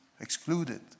excluded